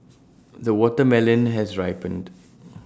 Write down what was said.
the watermelon has ripened